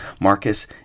Marcus